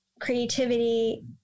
creativity